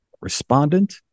respondent